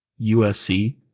USC